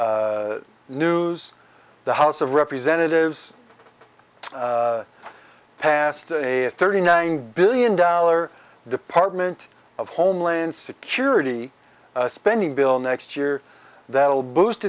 of news the house of representatives passed a thirty nine billion dollar department of homeland security spending bill next year that will boost